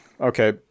Okay